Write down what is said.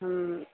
हा